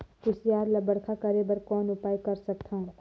कुसियार ल बड़खा करे बर कौन उपाय कर सकथव?